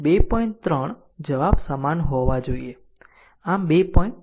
3 જવાબ સમાન હોવા જોઈએ આમ 2